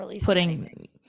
putting-